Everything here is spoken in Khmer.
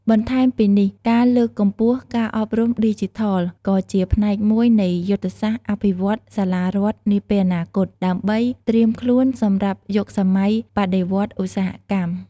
បន្ថែមពីនេះ ការលើកកម្ពស់ការអប់រំឌីជីថល ក៏ជាផ្នែកមួយនៃយុទ្ធសាស្ត្រអភិវឌ្ឍន៍សាលារដ្ឋនាពេលបច្ចុប្បន្ន ដើម្បីត្រៀមខ្លួនសម្រាប់យុគសម័យបដិវត្តន៍ឧស្សាហកម្ម។